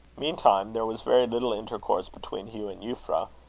meantime there was very little intercourse between hugh and euphra,